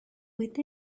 with